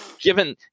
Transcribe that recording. given